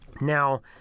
Now